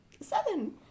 Seven